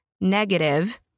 negative